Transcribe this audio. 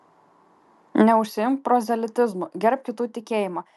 neužsiimk prozelitizmu gerbk kitų tikėjimą